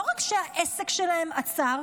לא רק שהעסק שלהם עצר,